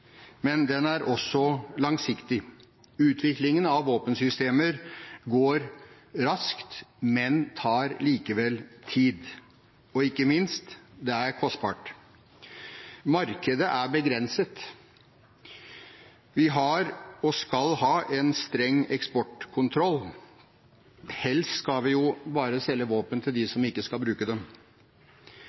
men den er også langsiktig. Utviklingen av våpensystemer går raskt, men tar likevel tid og – ikke minst – det er kostbart. Markedet er begrenset. Vi har og skal ha en streng eksportkontroll. Helst skal vi jo bare selge våpen til dem som ikke skal bruke dem.